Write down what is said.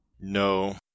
No